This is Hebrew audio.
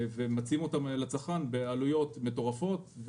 ומציעים אותם לצרכן בעלויות מטורפות.